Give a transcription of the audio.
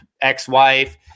ex-wife